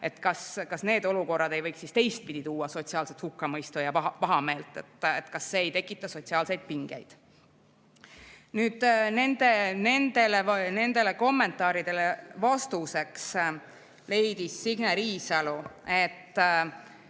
Kas need olukorrad ei võiks siis teistpidi tuua kaasa sotsiaalset hukkamõistu ja pahameelt, kas see ei tekita sotsiaalseid pingeid? Nendele kommentaaridele vastuseks leidis Signe Riisalo, et